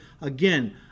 again